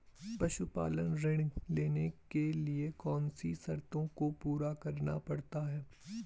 पशुपालन ऋण लेने के लिए कौन सी शर्तों को पूरा करना पड़ता है?